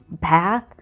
path